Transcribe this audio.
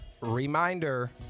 Reminder